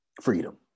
freedom